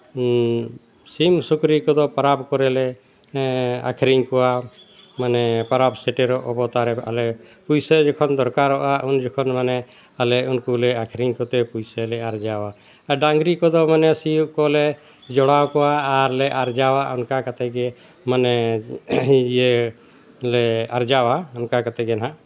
ᱥᱤᱢ ᱥᱩᱠᱨᱤ ᱠᱚᱫᱚ ᱯᱟᱨᱟᱵᱽ ᱠᱚᱨᱮᱞᱮ ᱟᱹᱠᱷᱨᱤᱧ ᱠᱚᱣᱟ ᱢᱟᱱᱮ ᱯᱟᱨᱟᱵᱽ ᱥᱮᱴᱮᱨᱚᱜ ᱚᱵᱚᱥᱛᱷᱟ ᱨᱮ ᱟᱞᱮ ᱯᱩᱭᱥᱟᱹ ᱡᱚᱠᱷᱚᱱ ᱫᱚᱨᱠᱟᱨᱚᱜᱼᱟ ᱩᱱ ᱡᱚᱠᱷᱚᱱ ᱢᱟᱱᱮ ᱟᱞᱮ ᱩᱱᱠᱩᱞᱮ ᱟᱹᱠᱷᱨᱤᱧ ᱠᱚᱛᱮ ᱯᱩᱭᱥᱟᱹᱞᱮ ᱟᱨᱡᱟᱣᱟ ᱟᱨ ᱰᱟᱹᱝᱨᱤ ᱠᱚᱫᱚ ᱢᱟᱱᱮ ᱥᱤᱭᱚᱜ ᱠᱚᱞᱮ ᱡᱚᱲᱟᱣ ᱠᱚᱣᱟ ᱟᱨ ᱞᱮ ᱟᱨᱡᱟᱣᱟ ᱚᱱᱠᱟ ᱠᱟᱛᱮᱜᱮ ᱢᱟᱱᱮ ᱤᱭᱟᱹᱞᱮ ᱟᱨᱡᱟᱣᱟ ᱚᱱᱠᱟ ᱠᱟᱛᱮᱜᱮ ᱱᱟᱜ